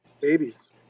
babies